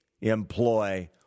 employ